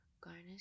Garnish